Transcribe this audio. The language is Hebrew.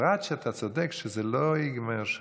בפרט שאתה צודק, זה לא ייגמר שם.